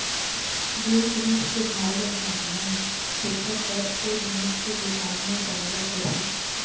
जेन जिनिस के भाव ल जानना हे तेकर बर ओ जिनिस के दुकान म जाय ल परही